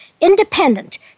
independent